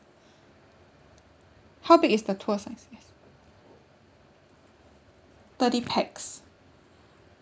how big is the tour size yes thirty pax